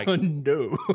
no